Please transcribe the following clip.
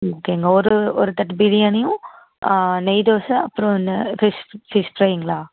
சரிங்க ஒரு ஒரு தட்டு பிரியாணியும் ஆ நெய் தோசை அப்புறம் ஃபிஷ் ஃபிஷ் ப்ரைங்களா